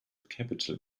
capital